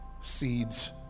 seeds